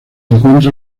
encuentra